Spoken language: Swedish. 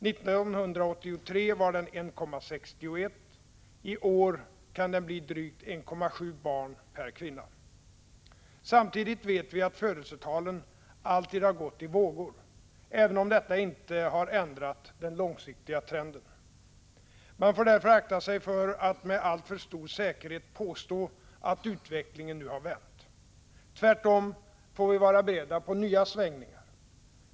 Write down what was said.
1983 var den 1,61, i år kan den bli drygt 1,7 barn per kvinna. Samtidigt vet vi att födelsetalen alltid har gått i vågor, även om detta inte har ändrat den långsiktiga trenden. Man får därför akta sig för att med alltför stor säkerhet påstå att utvecklingen nu har vänt. Tvärtom får vi vara beredda på nya svängningar.